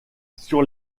sur